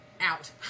out